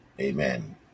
Amen